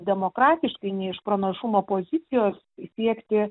demokratiškai ne iš pranašumo pozicijos siekti